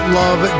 love